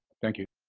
thank you.